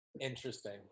Interesting